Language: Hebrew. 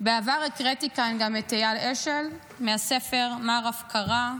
בעבר הקראתי כאן גם את אייל אשל, מהספר "מר הפקרה,